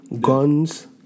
guns